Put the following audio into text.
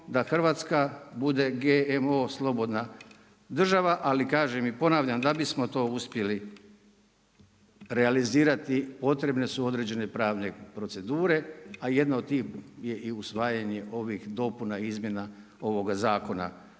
da Hrvatska bude GMO slobodna država. Ali kažem i ponavljam da bismo to uspjeli realizirati potrebne su određene pravne procedure, a jedna od tih je i usvajanje ovih dopuna i izmjena ovoga zakona.